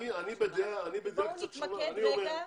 בואו נתמקד רגע,